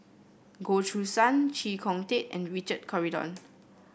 Goh Choo San Chee Kong Tet and Richard Corridon